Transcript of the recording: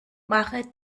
mache